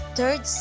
Third